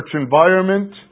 environment